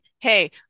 hey